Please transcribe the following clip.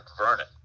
Vernon